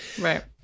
Right